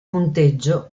punteggio